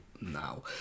now